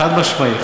חד-משמעי,